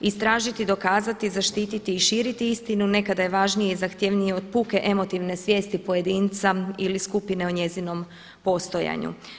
Istražiti, dokazati, zaštiti i širiti istinu nekada je važnije i zahtjevnije od puke emotivne svijesti pojedinca ili skupine o njezinom postojanju.